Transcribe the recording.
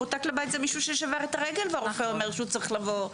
מרותק לבית זה מישהו ששבר את הרגל והרופא אומר שצריך לבוא.